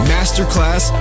Masterclass